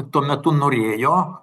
tuo metu norėjo